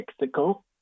Mexico